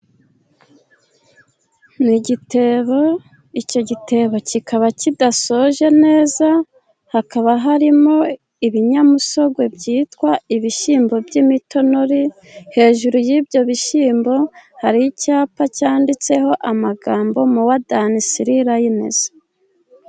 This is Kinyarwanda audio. Ni igitebo, icyo gitebo kikaba kidasoje neza, hakaba harimo ibinyamisogwe byitwa ibishyimbo by'imitonore hejuru y'ibyo bishyimbo hari icyapa cyanditseho amagambo mowa dani siri rayinizi.